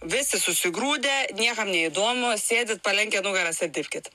visi susigrūdę niekam neįdomu sėdit palenkę nugaras ir dirbkit